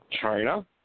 China